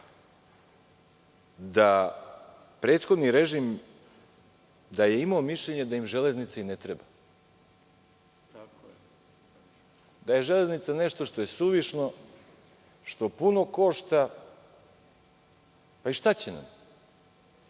je prethodni režim imao mišljenje da im železnica i ne treba, da je železnica nešto što je suvišno, što puno košta. Valjda im